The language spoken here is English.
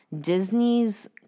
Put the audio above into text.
disney's